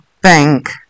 bank